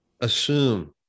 assume